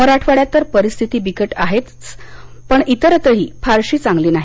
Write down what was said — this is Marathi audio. मराठवाड्यात तर परिस्थिती बिकट आहेच पण इतरत्रही फारशी चांगली नाही